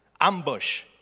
ambush